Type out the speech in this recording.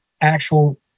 actual